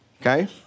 Okay